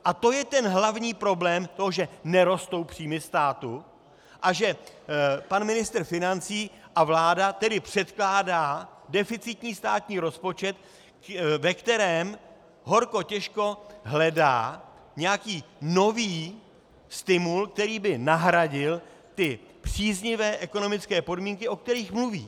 A to je ten hlavní problém, že nerostou příjmy státu a že pan ministr financí a vláda tedy předkládají deficitní státní rozpočet, ve kterém horko těžko hledají nějaký nový stimul, který by nahradil ty příznivé ekonomické podmínky, o kterých mluví.